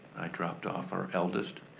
dropped off our eldest,